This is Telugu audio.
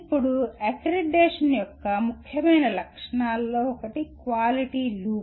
ఇప్పుడు అక్రిడిటేషన్ యొక్క ముఖ్యమైన లక్షణాలలో ఒకటి క్వాలిటీ లూప్